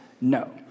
No